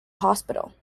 hospital